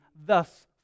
thus